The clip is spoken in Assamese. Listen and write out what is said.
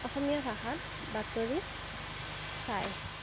অসমীয়া ভাষাত বাতৰি চায়